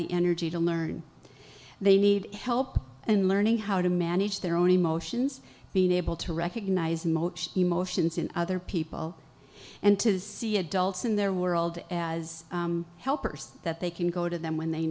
the energy to learn they need help and learning how to manage their own emotions being able to recognise emotions in other people and to see adults in their world as helpers that they can go to them when they